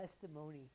testimony